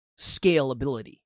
scalability